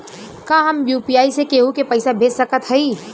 का हम यू.पी.आई से केहू के पैसा भेज सकत हई?